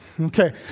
Okay